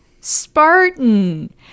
Spartan